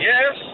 Yes